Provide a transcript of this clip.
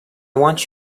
want